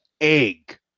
egg